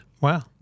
Wow